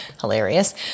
hilarious